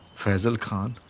faizal khan